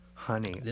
Honey